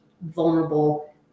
vulnerable